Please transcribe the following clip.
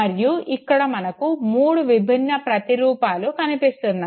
మరియు ఇక్కడ మనకు మూడు విభిన్న ప్రతిరూపాలు కనిపిస్తున్నాయి